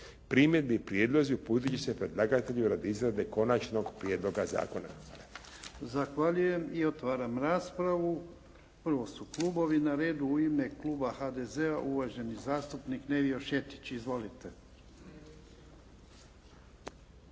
Primjedbe i prijedlozi uputit će se predlagatelju radi izrade konačnog prijedloga zakona.